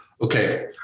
Okay